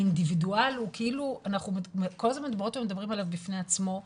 שהאינדיבידואל זה משהו שאנחנו כל הזמן מדברות ומדברים עליו בפני עצמו,